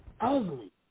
ugly